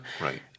Right